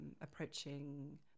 approaching